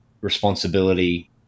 responsibility